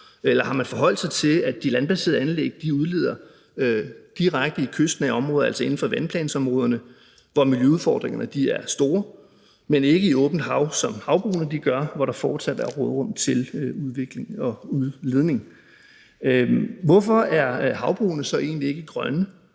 Eller har man forholdt sig til, at de landbaserede anlæg udleder direkte i kystnære områder, altså inden for vandplansområderne, hvor miljøudfordringerne er store, men ikke i åbent hav, som havbrugene gør, hvor der fortsat er råderum til udvikling og udledning? Hvorfor er havbrugene så egentlig ikke grønne,